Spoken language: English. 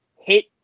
hit –